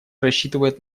рассчитывает